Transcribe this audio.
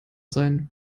sein